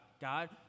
God